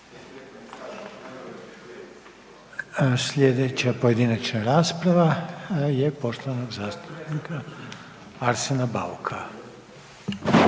Slijedeća pojedinačna rasprava je poštovanog zastupnika Arsena Bauka.